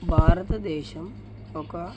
భారతదేశం ఒక